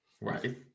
Right